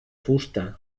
fusta